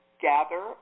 gather